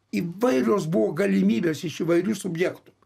įvairios buvo galimybės iš įvairių subjektų